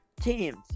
teams